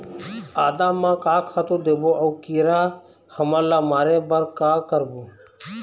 आदा म का खातू देबो अऊ कीरा हमन ला मारे बर का करबो?